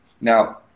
Now